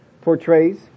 portrays